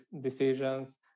decisions